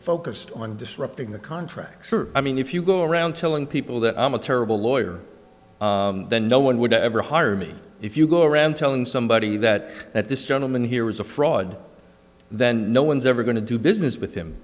focused on disrupting the contract i mean if you go around telling people that i'm a terrible lawyer then no one would ever hire me if you go around telling somebody that at this gentleman here was a fraud then no one's ever going to do business with him